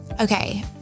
Okay